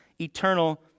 eternal